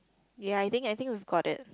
ya I think I think we got it